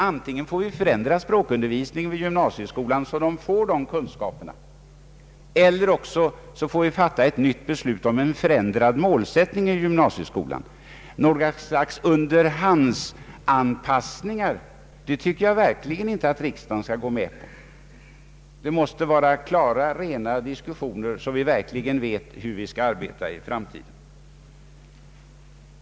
Antingen får vi förändra språkundervisningen vid gymnasieskolan, så att eleverna får dessa kunskaper, eller också får vi fatta ett nytt beslut om en förändrad målsättning för gymnasieskolan. Jag tycker verkligen inte att riksdagen skall gå med på några slags underhandsanpassningar. Det måste föras klara och rena diskussioner, så att vi verkligen vet hur vi skall arbeta i fortsättningen.